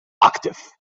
active